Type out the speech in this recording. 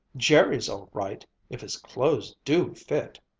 jerry's all right if his clothes do fit!